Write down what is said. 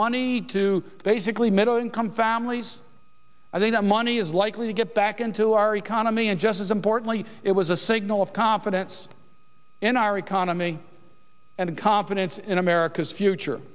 money to basically middle income families i think that money is likely to get back into our economy and just as importantly it was a signal of confidence in our economy and confidence in america's future